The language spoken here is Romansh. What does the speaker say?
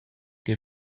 che